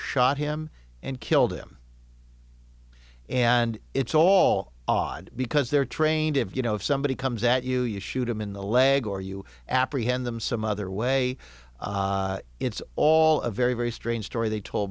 shot him and killed him and it's all odd because they're trained if you know if somebody comes at you you shoot them in the leg or you apprehend them some other way it's all a very very strange story they told